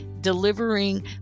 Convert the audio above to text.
delivering